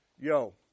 yo